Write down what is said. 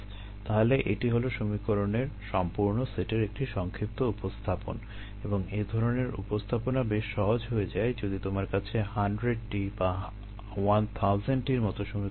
তাহলে এটি হলো সমীকরণের সম্পূর্ণ সেটের একটি সংক্ষিপ্ত উপস্থাপন এবং এ ধরনের উপস্থাপনা বেশ সহজ হয়ে যায় যদি তোমার কাছে 100 টি বা 1000 টির মতো সমীকরণ থাকে